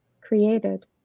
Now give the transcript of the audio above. created